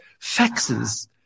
faxes